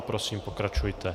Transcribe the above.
Prosím, pokračujte.